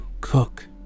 cook